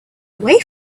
away